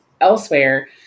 elsewhere